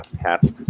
hats